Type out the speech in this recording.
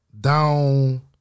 down